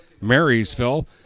Marysville